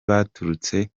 baturutse